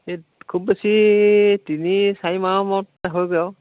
এই খুব বেছি তিনি চাৰিমাহৰ মূৰত হয়গৈ আৰু